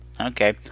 Okay